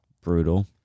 Brutal